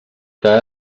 que